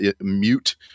mute